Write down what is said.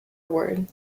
word